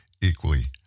equally